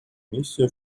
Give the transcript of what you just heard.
миссия